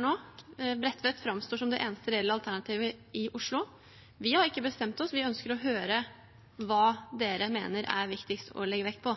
nå, Bredtvet framstår som det eneste reelle alternativet i Oslo. Vi har ikke bestemt oss. Vi ønsker å høre hva dere mener er viktigst å legge vekt på.